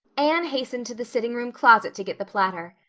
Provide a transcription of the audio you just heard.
anne hastened to the sitting room closet to get the platter.